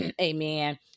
Amen